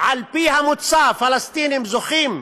על פי המוצא, פלסטינים זוכים,